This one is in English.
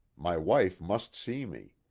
my wife must see me.